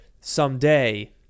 someday